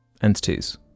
Entities